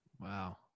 Wow